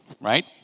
right